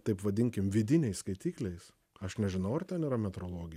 taip vadinkim vidiniais skaitikliais aš nežinau ar ten yra metrologai